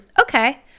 okay